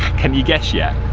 can you guess yet?